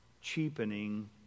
cheapening